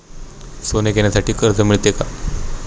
सोने घेण्यासाठी कर्ज मिळते का?